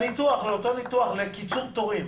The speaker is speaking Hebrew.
לאותו ניתוח, לקיצור תורים?